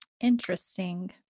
Interesting